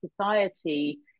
society